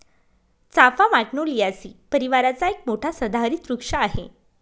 चाफा मॅग्नोलियासी परिवाराचा एक मोठा सदाहरित वृक्ष आहे